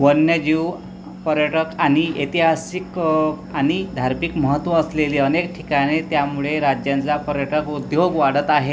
वन्यजीव पर्यटक आणि ऐतिहासिक आणि धार्तिक महत्त्व असलेली अनेक ठिकाणे त्यामुळे राज्याचा पर्यटक उद्योग वाढत आहे